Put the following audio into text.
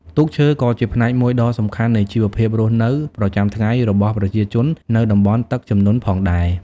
ទូកឈើក៏ជាផ្នែកមួយដ៏សំខាន់នៃជីវភាពរស់នៅប្រចាំថ្ងៃរបស់ប្រជាជននៅតំបន់ទឹកជំនន់ផងដែរ ។